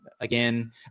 again